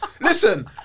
Listen